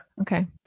Okay